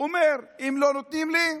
ואומר: אם לא נותנים לי,